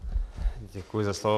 Děkuji za slovo.